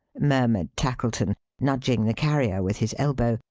murmured tackleton, nudging the carrier with his elbow,